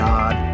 God